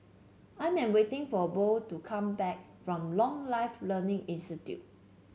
I am waiting for Bo to come back from Lifelong Learning Institute